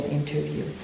interview